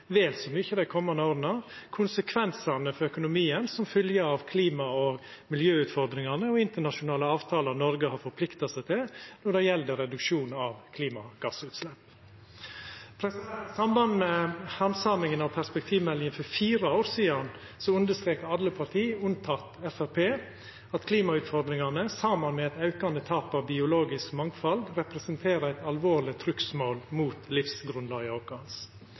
vel så mykje dei kommande åra: konsekvensane for økonomien som følgje av klima- og miljøutfordringane og internasjonale avtaler Noreg har forplikta seg til når det gjeld reduksjon av klimagassutslepp. I samband med handsaminga av perspektivmeldinga for fire år sidan understreka alle partia – unnateke Framstegspartiet – at klimautfordringane saman med eit aukande tap av biologisk mangfald representerer eit alvorleg trugsmål mot